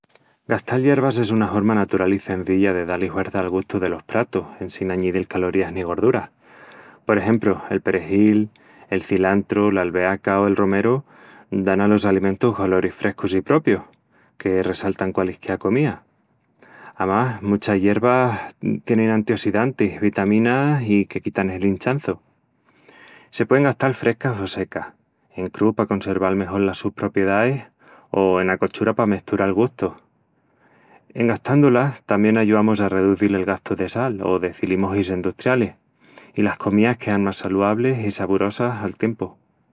Gastal yervas es una horma natural i cenzilla de da-li huerça al gustu delos pratus en sin añidil calorías ni gorduras. Por exempru, el perejil, el cilantru, l'albeaca o el romeru dan alos alimentus goloris frescus i propius, que resaltan qualisquiá comía. Amás, muchas yervas tienin antiossidantis, vitaminas i que quitan el hinchançu. Se puein gastal frescas o secas, en crúu pa conserval mejol la sus propiedais o ena cochura pa mestural gustus. En gastandu-las tamién ayuamus a reduzil el gastu de sal o de cilimojis endustrialis, i las comías quean más saluablis i saborosas al tiempu.